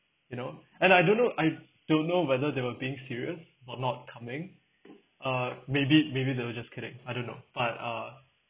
you know and I don't know I don't know whether they were being serious about not coming uh maybe maybe they were just kidding I don't know but uh